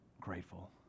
grateful